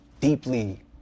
deeply